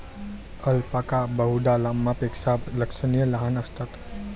alpaca बहुधा लामापेक्षा लक्षणीय लहान असतात